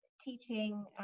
teaching